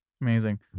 Amazing